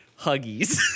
huggies